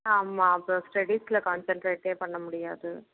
ஆமாம் அப்புறம் ஸ்டெடீஸில் கான்சன்ட்ரேட்டே பண்ண முடியாது